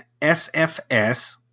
SFS